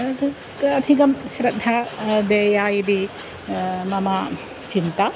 तत्र अधिका श्रद्धा देया इति मम चिन्ता